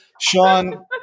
Sean